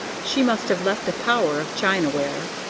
she must have left a power of china-ware.